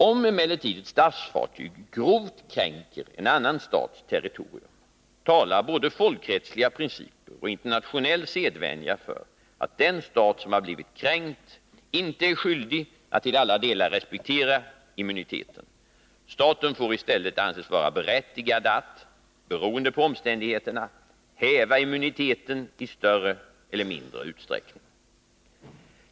Om emellertid ett statsfartyg grovt kränker en annan stats territorium, talar både folkrättsliga principer och internationell sedvänja för att den stat som har blivit kränkt inte är skyldig att till alla delar respektera immuniteten. Staten får i stället anses vara berättigad att, beroende på omständigheterna, häva immuniteten i större eller mindre utsträckning.